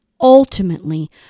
ultimately